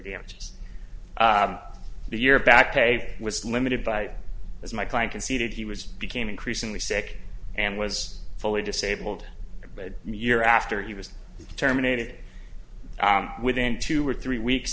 damages the year back pay was limited but as my client conceded he was became increasingly sick and was fully disabled but year after he was terminated within two or three weeks